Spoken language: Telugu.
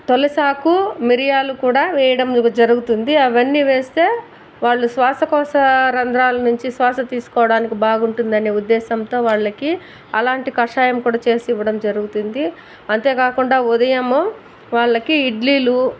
తులసాకు మిరియాలు కూడా వేయడం జరుగుతుంది అవన్నీ వేస్తే వాళ్ళు శ్వాసకోశ రంద్రాల నుంచి శ్వాస తీసుకోవడానికి బాగుంటుందని ఉద్దేశ్యంతో వాళ్ళకి అలాంటి కాషాయం కూడా చేసివ్వడం జరుగుతుంది అంతే కాకుండా ఉదయము వాళ్ళకి ఇడ్లీలు